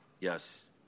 Yes